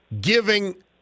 giving